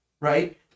right